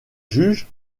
juge